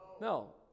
No